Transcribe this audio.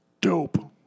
dope